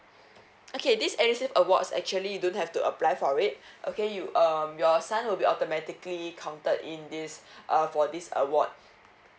okay this edusave awards actually you don't have to apply for it okay you um your son will be automatically counted in this uh for this award